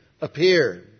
appear